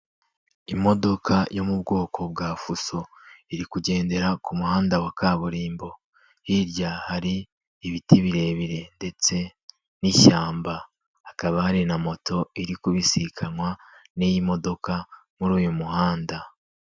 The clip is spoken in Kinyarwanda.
Imodoka yo mu bwoko bwa Fuso. Iri kugendera ku muhanda wa kaburimbo. Hirya hari ibiti birebire ndetse n'ishyamba. Hakaba hari na moto iri kubisikanwa n'iyi modoka muri uyu muhanda.